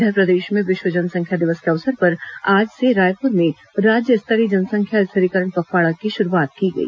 इधर प्रदेश में विश्व जनसंख्या दिवस के अवसर पर आज से रायपुर में राज्य स्तरीय जनसंख्या स्थिरीकरण पखवाड़ा की शुरूआत की गई